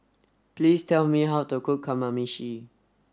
please tell me how to cook Kamameshi